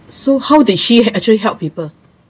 so how did she actually help people